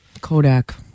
Kodak